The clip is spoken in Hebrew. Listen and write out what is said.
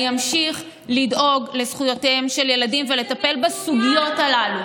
אני אמשיך לדאוג לזכויותיהם של ילדים ולטפל בסוגיות הללו.